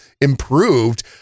improved